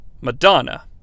Madonna